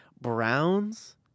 Browns